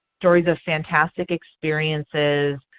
stories of fantastic experiences,